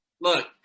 Look